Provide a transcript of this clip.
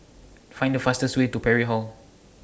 Find The fastest Way to Parry Hall